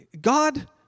God